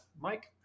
mike